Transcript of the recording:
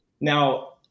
Now